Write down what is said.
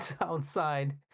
outside